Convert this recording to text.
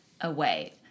away